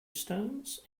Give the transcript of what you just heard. stones